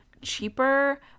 cheaper